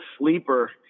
sleeper